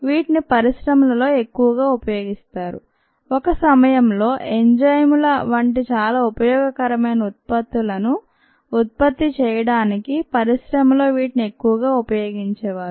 వీటిని పరిశ్రమలలో ఎక్కువగా ఉపయోగిస్తారు ఒక సమయంలో ఎంజైముల వంటి చాలా ఉపయోగకరమైన ఉత్పత్తులను ఉత్పత్తి చేయడానికి పరిశ్రమలో వీటిని ఎక్కువగా ఉపయోగించేవారు